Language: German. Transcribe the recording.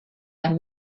der